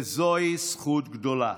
וזוהי זכות גדולה.